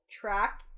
Track